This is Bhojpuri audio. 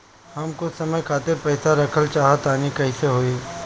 हम कुछ समय खातिर पईसा रखल चाह तानि कइसे होई?